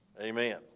amen